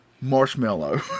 Marshmallow